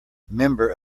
member